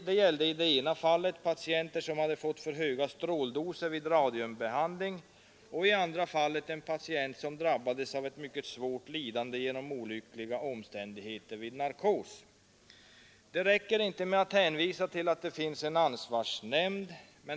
Det gällde i det ena fallet patienter som fått för höga stråldoser vid radiumbehandling och i det andra fallet en patient som drabbades av mycket svårt lidande genom olyckliga omständigheter vid narkos. Det räcker inte med att hänvisa till att det finns en ansvarsnämnd.